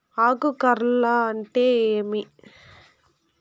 ఆకు కార్ల్ అంటే ఏమి?